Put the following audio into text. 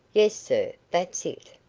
yes, sir that's it.